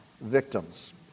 victims